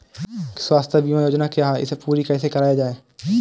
स्वास्थ्य बीमा योजना क्या है इसे पूरी कैसे कराया जाए?